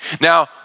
Now